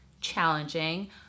challenging